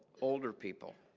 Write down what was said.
older people,